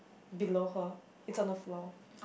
below her it's on the floor